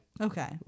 Okay